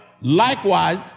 likewise